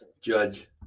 Judge